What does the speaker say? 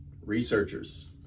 Researchers